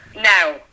now